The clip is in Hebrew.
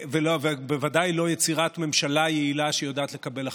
בוודאי לא יצירת ממשלה יעילה שיודעת לקבל החלטות.